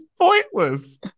pointless